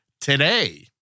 today